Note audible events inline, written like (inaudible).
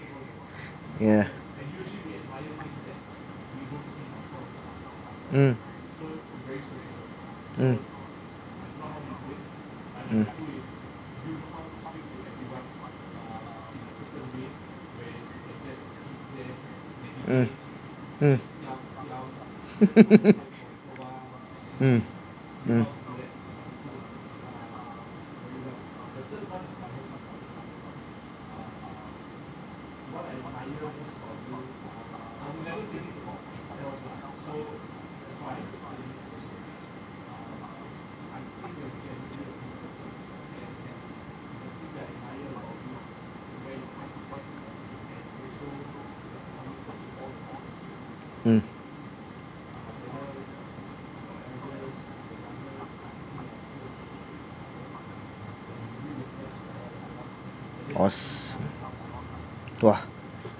yeah mm mm mm mm mm (laughs) mm mm uh awesome !wah!